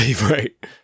Right